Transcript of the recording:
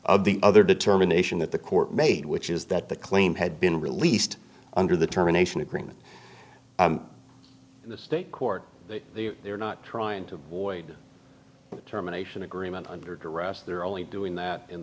of the other determination that the court made which is that the claim had been released under the terminations agreement in the state court that they were not trying to avoid terminations agreement under duress they're only doing that in